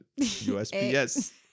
USPS